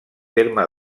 terme